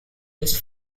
his